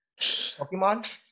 Pokemon